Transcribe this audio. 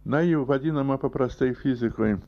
na jau vadinama paprastai fizikoj